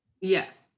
yes